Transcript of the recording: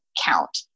count